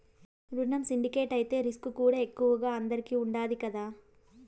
రునం సిండికేట్ అయితే రిస్కుకూడా ఎక్కువగా అందరికీ ఉండాది కదా